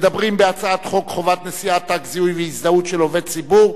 מדברים בהצעת חוק חובת נשיאת תג זיהוי והזדהות של עובד ציבור.